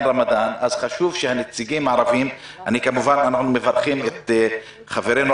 רמדאן אז חשוב שהנציגים הערביים אנחנו כמובן מברכים את חברנו,